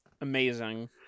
Amazing